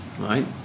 Right